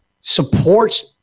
supports